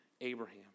Abraham